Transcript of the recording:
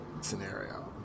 scenario